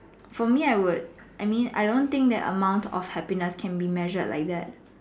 for me I would I mean I don't think that amount of happiness can be measured like that